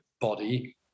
body